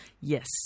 Yes